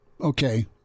Okay